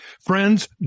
Friends